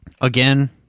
Again